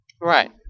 Right